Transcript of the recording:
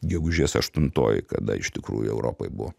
gegužės aštuntoji kada iš tikrųjų europoj buvo